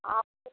आपके